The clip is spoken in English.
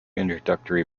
introductory